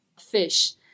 fish